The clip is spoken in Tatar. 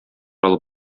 алып